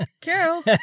Carol